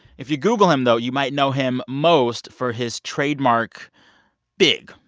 if you google him, though, you might know him most for his trademark big,